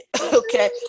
okay